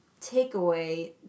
takeaway